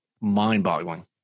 mind-boggling